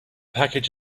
package